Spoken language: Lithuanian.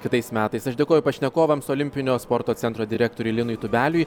kitais metais aš dėkoju pašnekovams olimpinio sporto centro direktoriui linui tubeliui